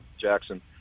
Jackson